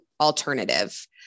alternative